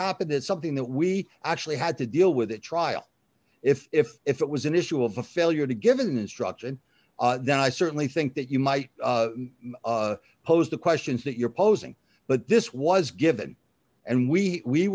happened is something that we actually had to deal with a trial if if if it was an issue of a failure to give an instruction then i certainly think that you might pose the questions that you're posing but this was given and we we